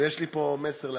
ויש לי פה מסר להעביר,